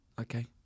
Okay